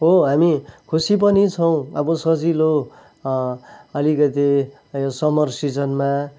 हो हामी खुसी पनि छौँ अब सजिलो आलिकति यो समर सिजनमा